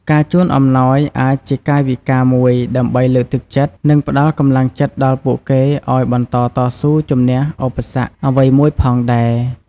ការជូនអំណោយអាចជាកាយវិការមួយដើម្បីលើកទឹកចិត្ត និងផ្តល់កម្លាំងចិត្តដល់ពួកគេឲ្យបន្តតស៊ូជំនះឧបសគ្គអ្វីមួយផងដែរ។